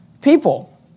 people